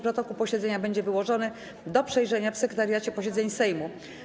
Protokół posiedzenia będzie wyłożony do przejrzenia w Sekretariacie Posiedzeń Sejmu.